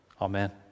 amen